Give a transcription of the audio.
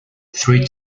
three